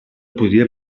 podria